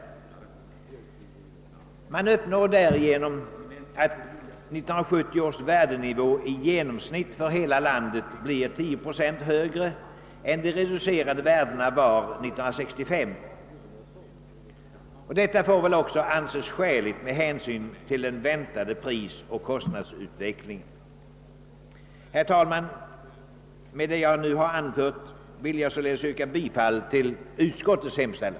Därigenom uppnås att 1970 års värdenivå i genomsnitt för hela landet blir 10 procent högre än de reducerade värdena var 1965. Detta får väl också anses skäligt med hänsyn till den väntade prisoch kostnadsutvecklingen. Herr talman! Med det anförda ber jag att få yrka bifall till utskottets hemställan.